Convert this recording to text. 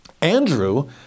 Andrew